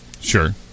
sure